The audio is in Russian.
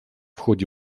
ходе